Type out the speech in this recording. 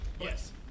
Yes